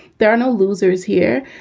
there are no losers here.